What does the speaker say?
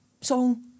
song